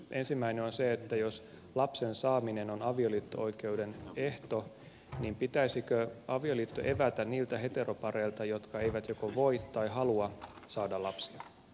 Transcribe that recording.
ensimmäinen on se että jos lapsen saaminen on avioliitto oikeuden ehto niin pitäisikö avioliitto evätä niiltä heteropareilta jotka eivät joko voi tai halua saada lapsia